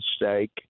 mistake